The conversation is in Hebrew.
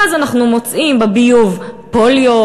ואז אנחנו מוצאים בביוב פוליו,